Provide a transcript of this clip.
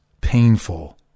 painful